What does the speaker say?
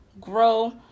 grow